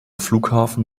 flughafen